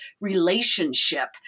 relationship